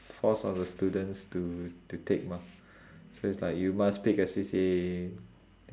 forced on the students to to take mah so it's like you must pick a C_C_A